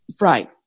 Right